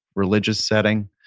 religious setting,